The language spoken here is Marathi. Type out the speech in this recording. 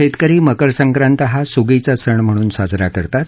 शेतकरी मकर संक्रांत हा सुगीचा सण म्हणून साजरा करतात